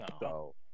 No